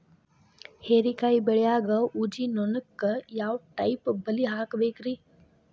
ಹೇರಿಕಾಯಿ ಬೆಳಿಯಾಗ ಊಜಿ ನೋಣಕ್ಕ ಯಾವ ಟೈಪ್ ಬಲಿ ಹಾಕಬೇಕ್ರಿ?